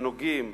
שנוגעים